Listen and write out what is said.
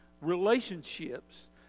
relationships